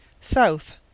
South